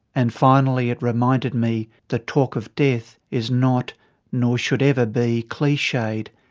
and finally it reminded me that talk of death is not nor should every be cliched,